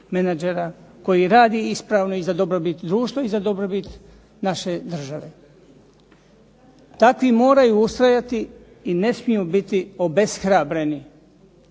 koji radi ispravno i za dobrobit društva i za dobrobit naše države. Takvi moraju ustrajati i ne smiju biti obeshrabreni